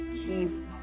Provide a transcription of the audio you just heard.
keep